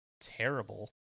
terrible